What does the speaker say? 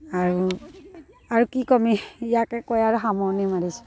আৰু আৰু কি কম ইয়াকে কৈ আৰু সামৰণি মাৰিছোঁ